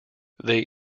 they